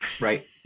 Right